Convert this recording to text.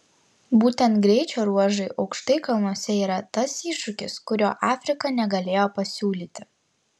būtent greičio ruožai aukštai kalnuose yra tas iššūkis kurio afrika negalėjo pasiūlyti